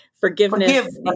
forgiveness